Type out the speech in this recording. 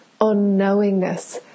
unknowingness